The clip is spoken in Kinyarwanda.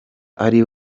ari